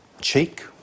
cheek